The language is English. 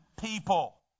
people